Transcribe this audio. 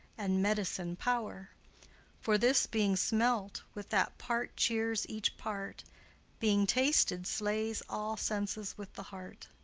and medicine power for this, being smelt, with that part cheers each part being tasted, slays all senses with the heart.